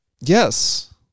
Yes